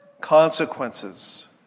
consequences